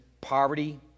poverty